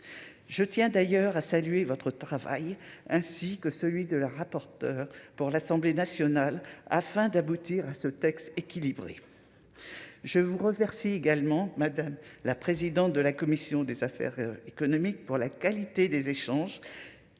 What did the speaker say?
je tiens d'ailleurs à saluer votre travail ainsi que celui de la rapporteur pour l'Assemblée nationale, afin d'aboutir à ce texte équilibré, je vous remercie également madame la présidente de la commission des affaires économiques, pour la qualité des échanges